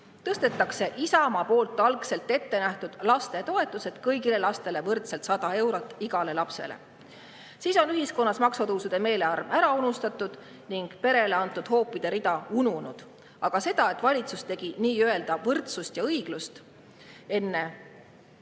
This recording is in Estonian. nii, nagu Isamaa algselt ette nägi – kõigile lastele võrdselt, 100 eurot igale lapsele. Siis on ühiskonnas maksutõusude meelehärm ära unustatud ning peredele antud hoopide rida ununenud. Aga seda, et valitsus tegi nii-öelda võrdsust ja õiglust enne